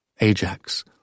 Ajax